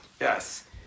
Yes